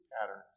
pattern